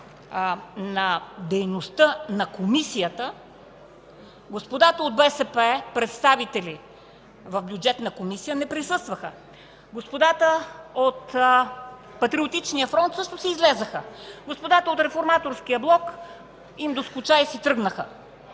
на дейността на Комисията, господата от БСП, представители в Бюджетна комисия, не присъстваха. Господата от Патриотичния фронт също си излязоха. Господата от Реформаторския блок им доскуча и си тръгнаха.